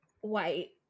white